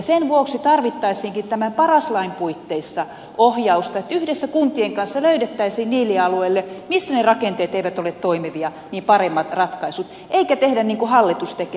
sen vuoksi tarvittaisiinkin tämän paras lain puitteissa ohjausta jotta yhdessä kuntien kanssa löydettäisiin paremmat ratkaisut niille alueille missä ne rakenteet eivät ole toimivia eikä tehdä niin kuin hallitus tekee